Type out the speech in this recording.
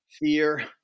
fear